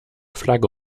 flagge